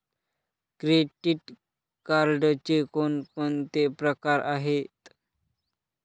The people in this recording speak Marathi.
क्रेडिट कार्डचे कोणकोणते प्रकार आहेत?